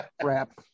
crap